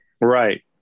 Right